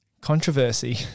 controversy